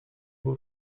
był